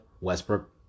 Westbrook